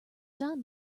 done